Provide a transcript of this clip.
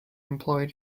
employed